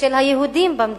ושל היהודים במדינה.